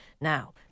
now